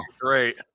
great